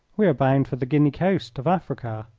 we are bound for the guinea coast of africa.